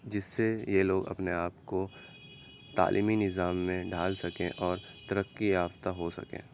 جس سے یہ لوگ اپنے آپ کو تعلیمی نظام میں ڈھال سکیں اور ترقی یافتہ ہو سکیں